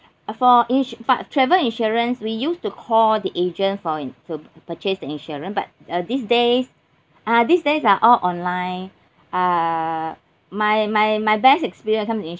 uh for insu~ but travel insurance we used to call the agent for to purchase the insurance but uh these days uh these days are all online uh my my my best experience when it comes to